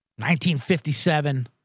1957